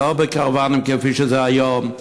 ולא בקרוונים כפי שזה היום,